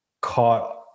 caught